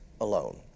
alone